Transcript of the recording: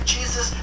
Jesus